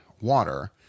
water